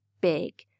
big